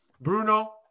Bruno